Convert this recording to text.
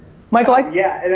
michael i. yeah,